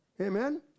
amen